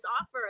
offer